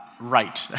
right